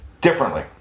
Differently